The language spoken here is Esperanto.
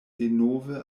denove